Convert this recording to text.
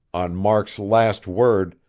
on mark's last word,